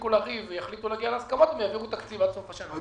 יפסיקו לריב ויחליטו להגיע להסכמות הם יעבירו תקציב עד סוף השנה.